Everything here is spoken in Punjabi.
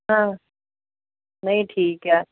ਹਾਂ ਨਹੀਂ ਠੀਕ ਆ